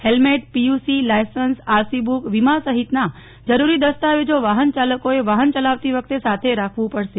helmet PUC licence RC book વીમા સહિતના જરૂરી દસ્તાવેજો વાહન ચાલકોએ વાહન ચલાવતી વખતે સાથે રાખવું પડશે